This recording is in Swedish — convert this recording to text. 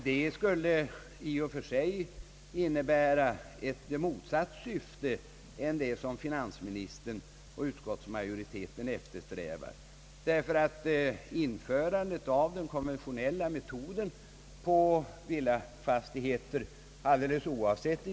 Det skulle i och för sig innebära ett motsatt syfte mot vad finansministern och utskottsmajoriteten = eftersträvar. Införandet av den konventionella metoden för villafastigheter, alldeles oavsett Ang.